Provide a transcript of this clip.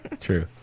True